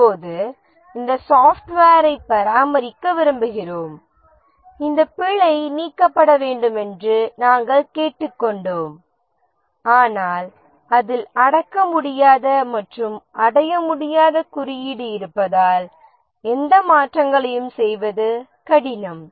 இப்போது இந்த சாஃப்ட்வேரை பராமரிக்க விரும்புகிறோம் இந்த பிழை நீக்கப்பட வேண்டும் என்று நாம் கேட்டுக்கொண்டோம் ஆனால் அதில் அடக்கமுடியாத மற்றும் அடைய முடியாத குறியீடு இருப்பதால் எந்த மாற்றங்களையும் செய்வது கடினம்